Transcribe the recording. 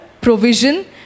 provision